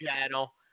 channel